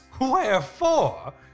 Wherefore